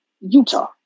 Utah